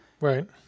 Right